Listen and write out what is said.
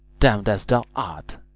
damn'd as thou art,